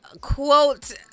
quote